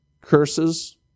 curses